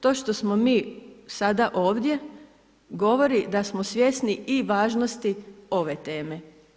To što smo mi sada ovdje govori da smo svjesni i važnosti ove teme.